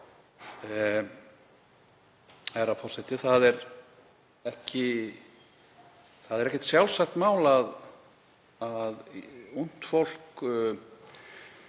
Það er ekkert sjálfsagt mál að ungt fólk